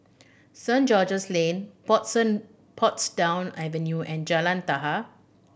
Saint George's Lane Portsdown Avenue and Jalan